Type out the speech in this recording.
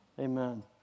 Amen